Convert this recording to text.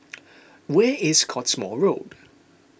where is Cottesmore Road